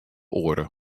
oare